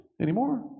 anymore